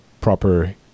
proper